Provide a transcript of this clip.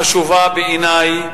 חשובה בעיני,